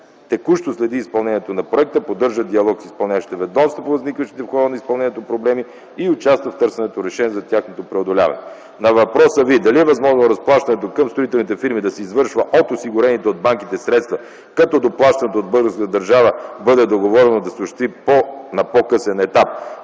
текущо следи изпълнението на проекта, поддържа диалог с изпълняващите ведомства по възникващите в хода на изпълнението проблеми и участва в търсенето на решения за тяхното преодоляване. На въпроса Ви дали е възможно разплащането към строителните фирми да се извършва с осигурените от банките средства, като доплащането от българската държава бъде договорено да се осъществи на по-късен етап,